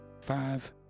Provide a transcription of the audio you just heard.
five